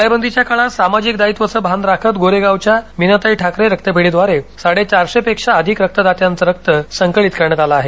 टाळेबंदीच्या काळात सामाजिक दायित्वाचं भान राखत गोरेगावच्या मीनाताई ठाकरे रक्तपेढीद्वारे साडे चारशेपेक्षा अधिक रक्तदात्यांचं रक्त संकलित करण्यात आलं आहे